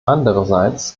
andererseits